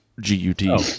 G-U-T